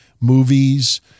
movies